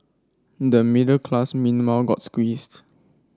the middle class meanwhile got squeezed